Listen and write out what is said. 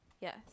Yes